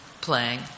playing